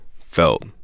felt